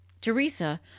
Teresa